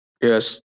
Yes